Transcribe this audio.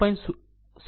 67